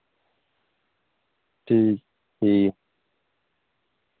ठीक ठीक